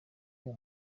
uwo